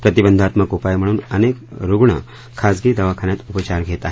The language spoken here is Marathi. प्रतिबंधात्मक उपाय म्हणून अनेक रुग्ण खाजगी दवाखान्यात उपचार घेत आहेत